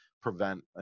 prevent